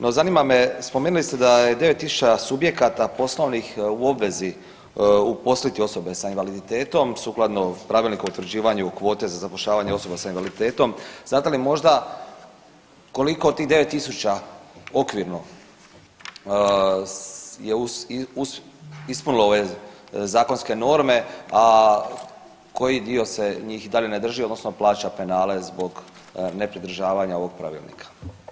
No zanima me, spomenuli ste da je 9.000 subjekata poslovnih u obvezi uposliti osobe sa invaliditetom sukladno Pravilniku o utvrđivanju kvote za zapošljavanje osoba sa invaliditetom, znate li možda koliko od tih 9.000 okvirno je ispunilo ove zakonske norme, a koji dio se njih i dalje ne drži odnosno plaća penale zbog nepridržavanja ovog pravilnika.